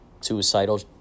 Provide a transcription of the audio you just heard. suicidal